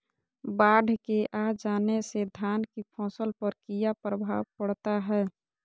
बाढ़ के आ जाने से धान की फसल पर किया प्रभाव पड़ता है?